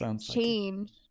change